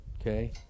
okay